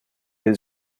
his